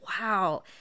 Wow